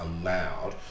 allowed